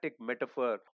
metaphor